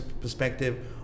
perspective